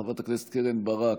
חברת הכנסת קרן ברק,